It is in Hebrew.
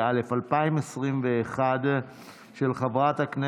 אני לא יודע להגיד לך לגבי שיעורי סוכרת בחברה החרדית,